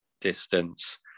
distance